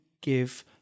give